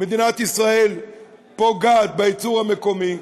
מדינת ישראל פוגעת בייצור המקומי,